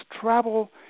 travel